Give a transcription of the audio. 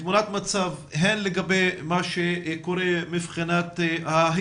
תמונת מצב הן לגבי מה שקורה עם ההסדרים,